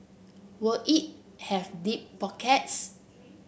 will it have deep pockets